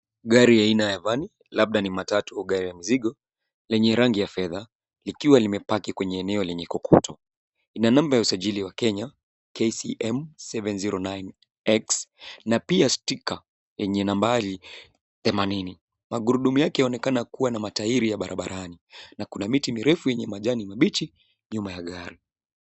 Gari aina ya Van , labda ni matatu au gari ya mzigo, lenye rangi ya fedha, likiwa limepaki kwenye eneo lenye kokoto. Ina namba ya usajili wa Kenya, KCM 709X na pia sticker yenye nambari 80. Magurudumu yake yaonekana kuwa na matairi ya barabarani, na kuna miti mirefu yenye majani mabichi nyuma ya gari.